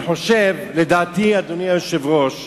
אדוני היושב-ראש,